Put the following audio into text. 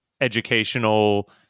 educational